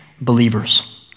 believers